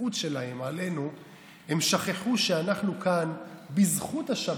וההתנשאות שלהם עלינו הם שכחו שאנחנו כאן בזכות השבת.